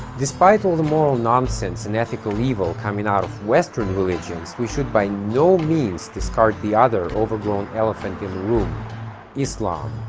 despite all the moral nonsense and ethical evil coming out of western religions we should by no means discard the other overgrown elephant in room islam